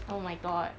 oh my god